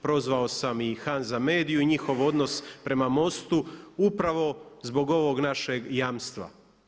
Prozvao sam i HANZA mediju i njihov odnos prema MOST-u upravo zbog ovog našeg jamstva.